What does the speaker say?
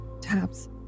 Tabs